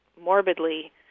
morbidly